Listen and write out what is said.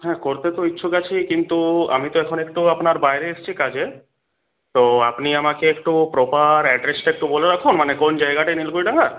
হ্যাঁ করতে তো ইচ্ছুক আছি কিন্তু আমি তো এখন একটু আপনার বাইরে এসেছি কাজে তো আপনি আমাকে একটু প্রপার অ্যাড্রেসটা একটু বলে রাখুন মানে কোন জায়গাটায় নীলকুঠি ডাঙ্গা